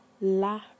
la